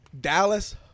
Dallas